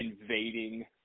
invading